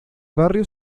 barrio